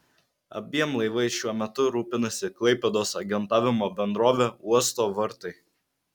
abiem laivais šiuo metu rūpinasi klaipėdos agentavimo bendrovė uosto vartai